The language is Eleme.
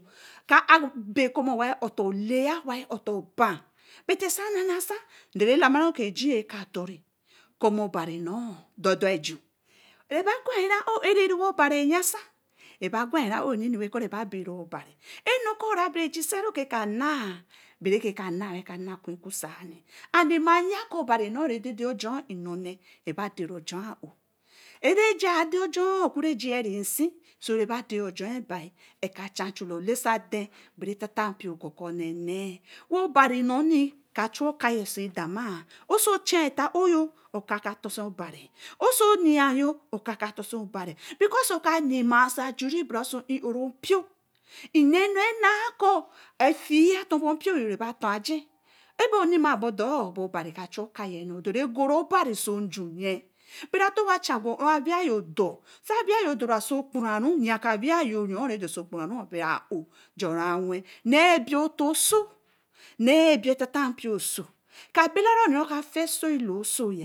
bekɔ̄ wa bene utor laiya owa utor ba buty sa nasasa do-re lama kɔ̄ ɛji ka doru kɔ mey obari-nor dordor ɛju reba gore-oh ɛra we obarii yasa re gore oh nene we kɔ̄ reba bera obari ɛnuko arabe jesi kɔ ka naa bere ka naa we ka naa we naa ku ɛkusa-a and ma ya kɔ̄ obari-nor reke dedo join reba de-join aoh rejaa de-join ku ri jahsi so reba dejoin bi ɛke cha jula olisa aden bari otentenpio kuku-ne-nee we obari-nune ka chu oka-ye so demai so uchei ta-oh oka ka tosi obari oso yee-oh oka ka dosi-obari because kɔ̄ oka yima so ajuri bera ɛurorompio nenu naa kɔ̄ ɛfii ator bo mpio reba tor aje ɛbo yema bordor obari ka chuu oka-yi odori ɛgori obari so jun-ye bara torwa chs gwe uh ɛwe-oh dor sa ɛwe-oh dosa okporuu ya kɔ̄ awe-oh re-dosi okporuu be re-a-own nee ɛbie ote so nee oteteampi so ka bela oneh reke afii soi lo so